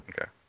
Okay